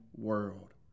world